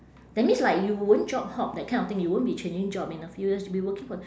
that means like you won't job hop that kind of thing you won't be changing job in a few years you'll be working for